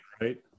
right